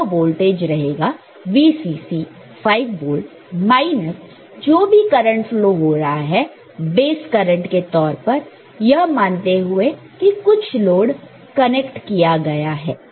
यह वोल्टेज रहेगा VCC 5 volt minus जो भी करंट फ्लो हो रहा है बेस करंट के तौर पर यह मानते हुए कि कुछ लोड कनेक्ट किया है